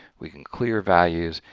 we can clear values,